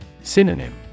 Synonym